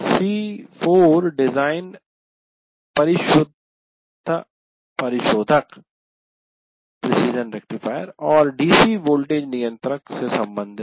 C4 design परिशुद्ध परिशोधक और DC वोल्टेज नियंत्रक रेगुलेटर्स से संबंधित है